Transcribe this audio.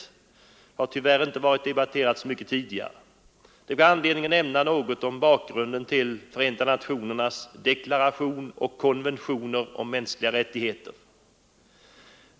Den saken har tyvärr inte debatterats mycket tidigare. Det finns anledning att nämna något om bakgrunden till Förenta nationernas deklaration och konventioner om mänskliga rättigheter.